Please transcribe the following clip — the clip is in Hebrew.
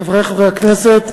חברי חברי הכנסת,